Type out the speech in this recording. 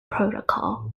protocol